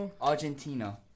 Argentina